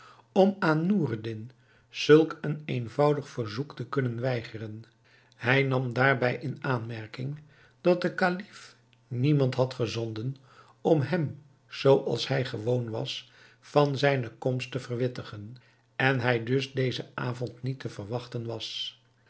om aan noureddin zulk een eenvoudig verzoek te kunnen weigeren hij nam daarbij in aanmerking dat de kalif niemand had gezonden om hem zoo als hij gewoon was van zijne komst te verwittigen en hij dus dezen avond niet te verwachten was